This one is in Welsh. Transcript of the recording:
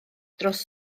dros